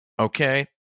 Okay